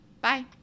Bye